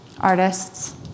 Artists